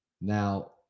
Now